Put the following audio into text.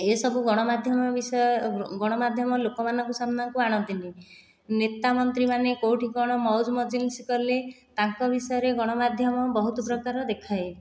ଏସବୁ ଗଣମାଧ୍ୟମ ବିଷୟ ଗଣମାଧ୍ୟମ ଲୋକମାନଙ୍କ ସାମ୍ନାକୁ ଆଣନ୍ତିନି ନେତା ମନ୍ତ୍ରୀ ମାନେ କେଉଁଠି କ'ଣ ମଉଜ ମଜଲିସ୍ କଲେ ତାଙ୍କ ବିଷୟରେ ଗଣମାଧ୍ୟମ ବହୁତ ପ୍ରକାର ଦେଖାଏ